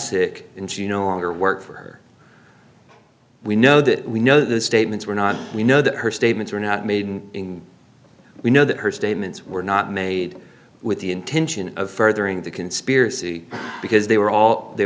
sick in to no longer work for her we know that we know the statements were not we know that her statements were not made in we know that her statements were not made with the intention of furthering the conspiracy because they were all they